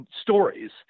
stories